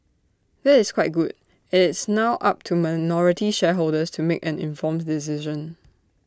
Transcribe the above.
that is quite good IT is now up to minority shareholders to make an informed decision